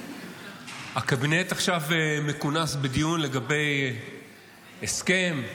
הקבינט עכשיו מכונס בדיון לגבי הסכם,